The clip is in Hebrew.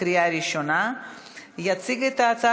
עברה בקריאה הראשונה ועוברת לוועדה לענייני